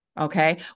Okay